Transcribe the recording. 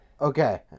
Okay